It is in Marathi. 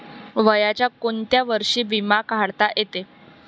वयाच्या कोंत्या वर्षी बिमा काढता येते?